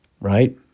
right